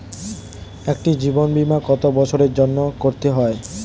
একটি জীবন বীমা কত বছরের জন্য করতে হয়?